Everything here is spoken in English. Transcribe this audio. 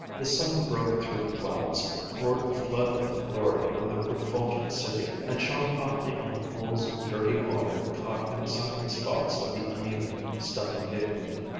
the sun broke through the clouds, poured a flood of glory on the refulgent city, and shone hotly on the pools of dirty water caught in the sunken spots of the uneven stone pavement.